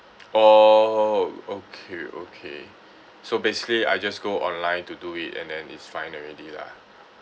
orh okay okay so basically I just go online to do it and then it's fine already lah